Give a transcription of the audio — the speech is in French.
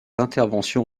interventions